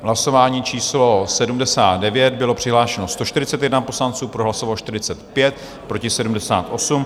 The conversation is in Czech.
V hlasování číslo 79 bylo přihlášeno 141 poslanců, pro hlasovalo 45, proti 78.